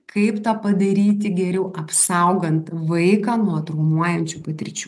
kaip tą padaryti geriau apsaugant vaiką nuo traumuojančių patirčių